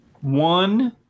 One